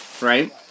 Right